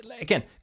again